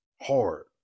Hard